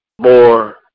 more